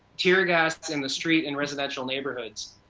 teargas, in the street and residential neighborhoods,